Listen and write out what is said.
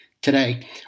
Today